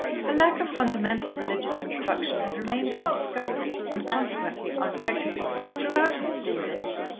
her lack of fundamental religious instruction had remained undiscovered, and consequently unrectified, throughout her schooldays,